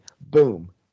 Boom